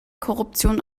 korruption